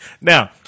Now